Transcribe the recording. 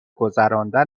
گذراندن